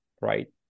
right